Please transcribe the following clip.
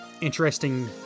interesting